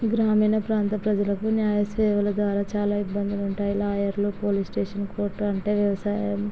గ్రామ్రీణ ప్రాంత ప్రజలకు న్యాయ సేవల ద్వారా చాలా ఇబ్బందులు ఉంటాయి లాయర్లు పోలీస్ స్టేషన్ కోర్ట్ అంటే వ్యవసాయం